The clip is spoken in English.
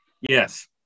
Yes